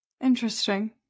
Interesting